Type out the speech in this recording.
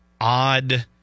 Odd